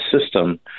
system